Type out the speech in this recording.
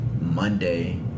Monday